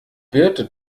birte